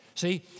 See